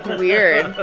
weird